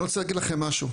אני רוצה להגיד לכם משהו.